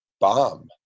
bomb